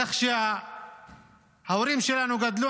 איך שההורים שלנו גדלו.